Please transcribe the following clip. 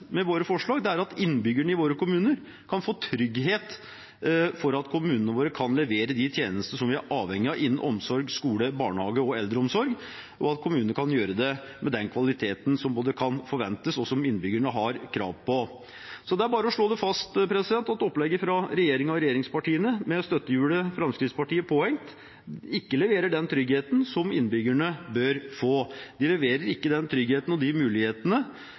med våre forslag er at innbyggerne i våre kommuner kan få trygghet for at kommunene våre kan levere de tjenestene som vi er avhengige av innen omsorg, skole, barnehage og eldreomsorg, og at kommunene kan gjøre det med den kvaliteten som både kan forventes og innbyggerne har krav på. Det er bare å slå fast at opplegget fra regjeringen og regjeringspartiene, med støttehjulet Fremskrittspartiet påhengt, ikke leverer den tryggheten som innbyggerne bør få. De leverer ikke den tryggheten og de mulighetene